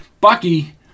Bucky